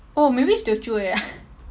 oh maybe it's teochew eh